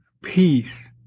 Peace